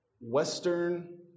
Western